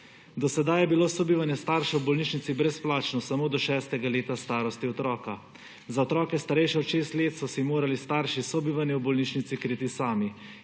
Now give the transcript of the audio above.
Do sedaj je bilo sobivanje staršev v bolnišnici brezplačno samo do šestega leta starosti otroka, za otroke, starejše od šest let, so si morali starši sobivanje v bolnišnici kriti sami,